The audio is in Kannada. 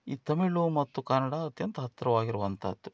ಈ ತಮಿಳ್ ಮತ್ತು ಕನ್ನಡ ಅತ್ಯಂತ ಹತ್ತಿರವಾಗಿರುವಂಥದ್ದು